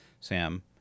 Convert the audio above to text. Sam